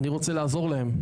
אני רוצה לעזור להם,